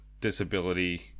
disability